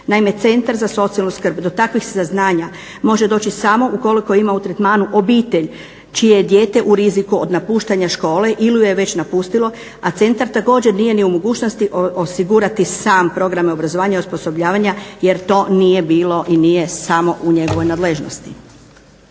Naime, Centar za socijalnu skrb do takvih saznanja može doći samo ukoliko ima u tretmanu obitelj čije je dijete u riziku od napuštanja škole ili ju je već napustilo, a centar također nije ni u mogućnosti osigurati sam programe obrazovanja i osposobljavanja jer to nije bilo i nije samo u njegovoj nadležnosti.